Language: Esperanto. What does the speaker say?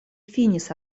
finis